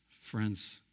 Friends